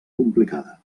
complicada